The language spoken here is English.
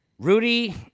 Rudy